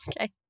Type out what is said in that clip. Okay